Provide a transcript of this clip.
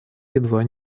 едва